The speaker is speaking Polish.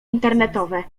internetowe